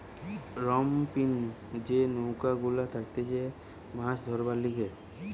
রামপিনি যে নৌকা গুলা থাকতিছে মাছ ধরবার লিগে